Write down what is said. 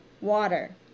water